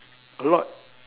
a lot